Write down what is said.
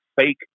fake